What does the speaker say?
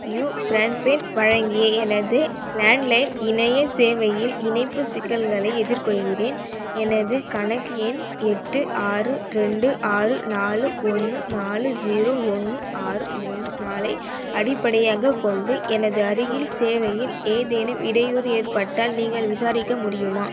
you broadband வழங்கிய எனது landline இணையச் சேவையில் இணைப்புச் சிக்கல்களை எதிர்கொள்கிறேன் எனது கணக்கு எண் எட்டு ஆறு ரெண்டு ஆறு நாலு ஒன்று நாலு ஜீரோ ஒன்று ஆறு மூணு நாலை அடிப்படையாகக் கொண்டு எனது அருகில் சேவையில் ஏதேனும் இடையூறு ஏற்பட்டால் நீங்கள் விசாரிக்க முடியுமா